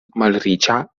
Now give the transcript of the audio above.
malriĉa